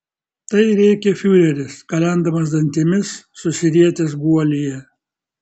tai rėkė fiureris kalendamas dantimis susirietęs guolyje